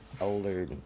older